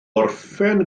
orffen